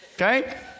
Okay